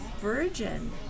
Virgin